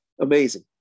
amazing